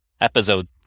Episode